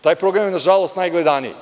Taj program je, nažalost, najgledaniji.